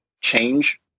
change